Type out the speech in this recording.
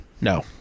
No